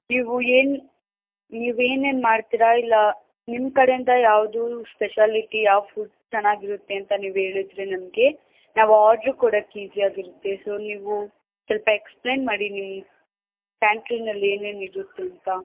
ನೀವು ಏನು ನೀವೇನೇನು ಮಾಡ್ತೀರಾ ಇಲ್ಲ ನಿಮ್ಮ ಕಡೆಯಿಂದ ಯಾವುದು ಸ್ಪೆಷಾಲಿಟಿ ಯಾವ ಫುಡ್ ಚೆನ್ನಾಗಿರುತ್ತೆ ಅಂತ ನೀವು ಹೇಳಿದ್ರೆ ನಮಗೆ ನಾವು ಆರ್ಡ್ರ್ ಕೊಡಕ್ಕೆ ಈಸಿ ಆಗಿರುತ್ತೆ ಸೊ ನೀವು ಸ್ವಲ್ಪ ಎಕ್ಸ್ಪ್ಲೇನ್ ಮಾಡಿ ನಿಮ್ಮ ಪ್ಯಾಂಟ್ರಿಯಲ್ಲಿ ಏನೇನಿರುತ್ತೆ ಅಂತ